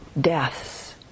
deaths